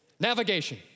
Navigation